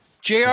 Jr